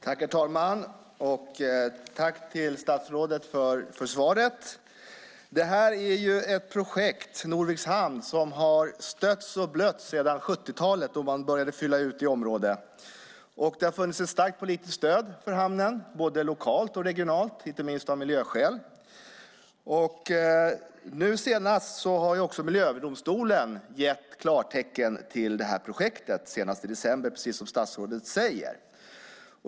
Herr talman! Tack för svaret, statsrådet! Norviks hamn är ett projekt som har stötts och blötts sedan 70-talet, då man började fylla ut i området. Det har funnits ett starkt politiskt stöd för hamnen, både lokalt och regionalt, inte minst av miljöskäl. Så sent som i december har också Miljööverdomstolen gett klartecken för projektet, precis som statsrådet säger.